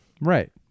right